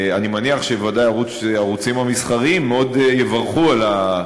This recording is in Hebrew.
אני מניח שבוודאי הערוצים המסחריים מאוד יברכו על,